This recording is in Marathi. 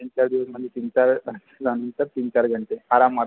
तीन चार दिवस म्हणजे तीन चार तीन चार घंटे आरामात